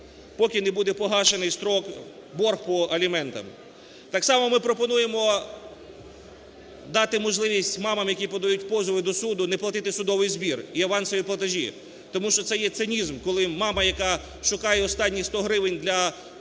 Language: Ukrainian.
поки не буде погашений борг по аліментам. Так само, ми пропонуємо можливість мамам, які подають позови до суду, не платити судовий збір і авансові платежі. Тому що це є цинізм, коли мама, яка шукає останні 100 гривень для їжі для